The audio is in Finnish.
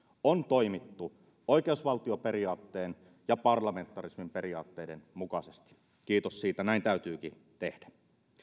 on toimittu oikeusvaltioperiaatteen ja parlamentarismin periaatteiden mukaisesti kiitos siitä näin täytyykin tehdä